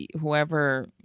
whoever